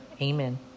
Amen